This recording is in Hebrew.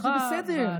זה בסדר.